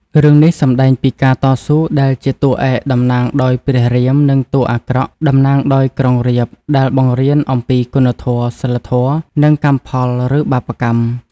រឿងនេះសម្ដែងពីការតស៊ូរដែលជាតួរឯក តំណាងដោយព្រះរាម និងតួរអាក្រក់ តំណាងដោយក្រុងរាពណ៍ដែលបង្រៀនអំពីគុណធម៌ សីលធម៌ និងកម្មផល ឬបាបកម្ម ។